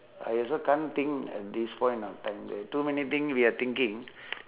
I also can't think at this point of time there too many thing we are thinking